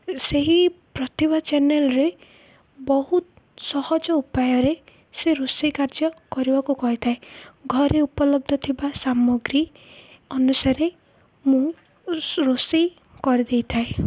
ସେହି ପ୍ରତିଭା ଚ୍ୟାନେଲ୍ରେ ବହୁତ ସହଜ ଉପାୟରେ ସେ ରୋଷେଇ କାର୍ଯ୍ୟ କରିବାକୁ କହିଥାଏ ଘରେ ଉପଲବ୍ଧ ଥିବା ସାମଗ୍ରୀ ଅନୁସାରେ ମୁଁ ରୋଷେଇ କରିଦେଇଥାଏ